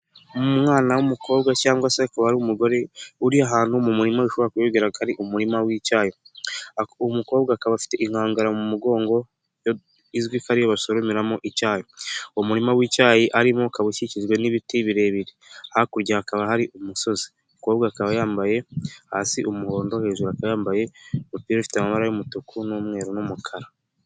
Umwana w'umukobwa cyangwa se akaba ari umugore uri ahantu mu murima ushobora kuba ari umurima w'icyayi, umukobwa akaba afite inkangara mu mugongo izwi ko ari basoromeramo icyayi murima w'icyayi, umurima ukaba ukikijwe n'ibiti birebire hakurya hakaba hari umusozi, wa umukobwa akaba yambaye hasi umuhondo hejuru yambaye umupira ifite amabara y'umutuku n'umweru n'umukara.